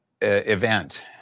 event